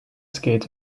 skates